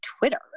Twitter